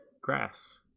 grass